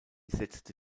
setzte